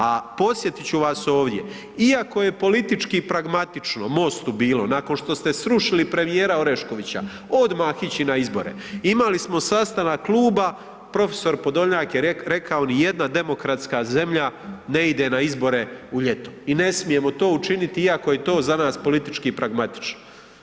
A podsjetiti ću vas ovdje, iako je politički pragmatično MOST-u bilo nakon što ste srušili premijera Oreškovića, odmah ići na izbore, imali smo sastanak kluba, prof. Podolnjak je rekao, nijedna demokratska zemlja ne ide na izbore u ljeto i ne smijemo to učiniti iako je to za nas politički pragmatično.